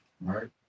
right